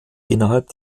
innerhalb